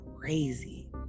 crazy